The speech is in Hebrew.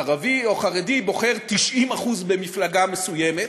ערבי או חרדי, בוחר בשיעור 90% במפלגה מסוימת.